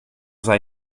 sei